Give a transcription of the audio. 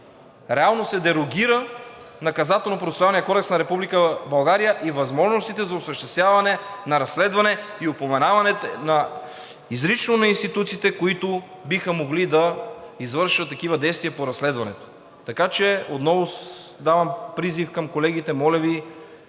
на Република България и възможностите за осъществяване на разследване и упоменаване изрично на институциите, които биха могли да извършват такива действия по разследването. Така че отново отправям призив към колегите, моля Ви,